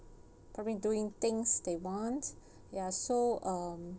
probably doing things they want ya so um